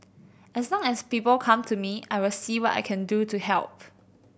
as long as people come to me I will see what I can do to help